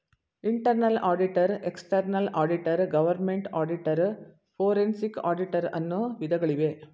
internal auditor, external auditor, government auditor, forensic auditor, ಅನ್ನು ವಿಧಗಳಿವೆ